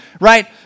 right